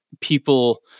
people